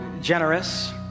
generous